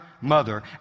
mother